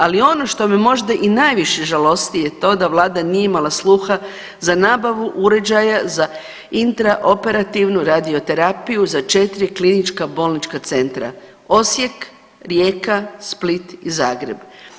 Ali ono što me možda i najviše žalosti je to da vlada nije imala sluha za nabavu uređaja za intraoperativnu radioterapiju za 4 klinička bolnička centra Osijek, Rijeka, Split i Zagreb.